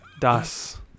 das